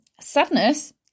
sadness